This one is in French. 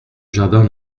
jardin